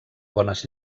bones